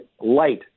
light